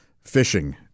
fishing